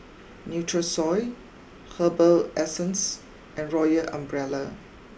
Nutrisoy Herbal Essences and Royal Umbrella